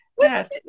Yes